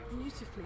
beautifully